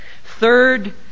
Third